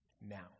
Now